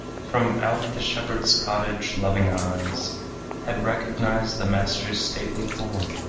from out the shepherd's cottage loving eyes had recognized the master's stately form,